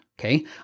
Okay